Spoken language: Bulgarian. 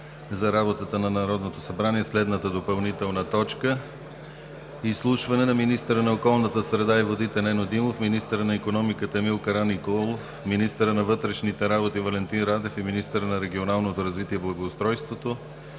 за работата на Народното събрание следната допълнителна точка: Изслушване на министъра на околната среда и водите Нено Димов, министъра на икономиката Емил Караниколов, министъра на вътрешните работи Валентин Радев и министъра на регионалното развитие и благоустройството